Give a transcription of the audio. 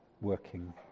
working